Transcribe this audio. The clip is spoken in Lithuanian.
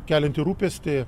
kelianti rūpestį